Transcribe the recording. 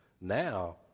Now